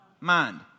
mind